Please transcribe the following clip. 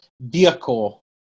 vehicle